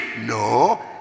No